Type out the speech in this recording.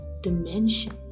Dimension